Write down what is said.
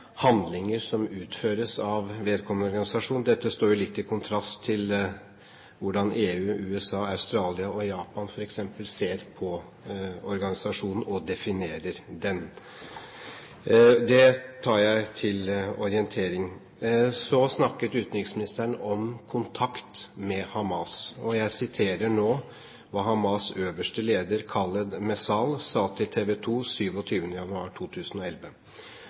handlinger som utføres av vedkommende organisasjon. Dette står jo litt i kontrast til hvordan EU, USA, Australia og Japan, f.eks., ser på organisasjonen og definerer den. Det tar jeg til orientering. Så snakket utenriksministeren om kontakt med Hamas. Jeg siterer nå hva Hamas’ øverste leder, Khaled Meshaal, sa til TV 2 27. januar 2011,